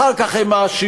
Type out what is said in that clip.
אחר כך הם מאשימים,